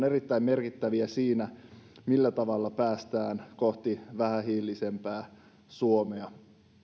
erittäin merkittäviä siinä millä tavalla päästään kohti vähähiilisempää suomea